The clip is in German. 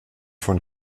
von